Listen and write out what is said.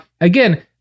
again